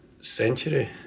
century